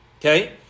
Okay